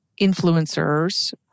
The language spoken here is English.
influencers